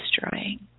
destroying